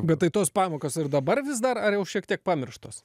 bet tai tos pamokos ir dabar vis dar ar jau šiek tiek pamirštos